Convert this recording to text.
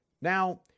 Now